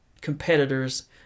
competitors